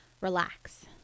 Relax